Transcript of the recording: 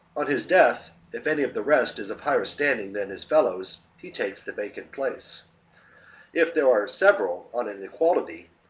on his death, if any of the rest is of higher standing than his fellows, he takes the vacant place if there are several on an equality,